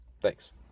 Thanks